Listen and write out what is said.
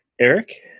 Eric